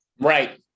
right